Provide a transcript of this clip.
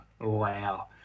wow